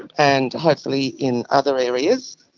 and and hopefully in other areas.